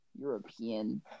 European